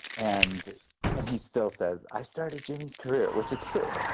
and and he still says, i started jimmy's career, which is true.